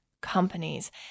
Companies